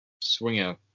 Swinger